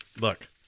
Look